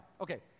Okay